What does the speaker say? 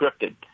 scripted